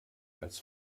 als